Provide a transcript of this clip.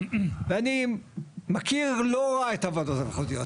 ואני מכיר לא רע את הוועדות המחוזיות.